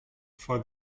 for